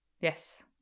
Yes